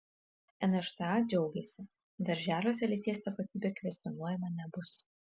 nšta džiaugiasi darželiuose lyties tapatybė kvestionuojama nebus